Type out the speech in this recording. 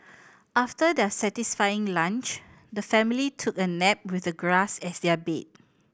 after their satisfying lunch the family took a nap with the grass as their bed